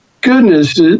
goodness